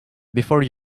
before